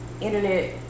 Internet